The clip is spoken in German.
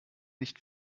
nicht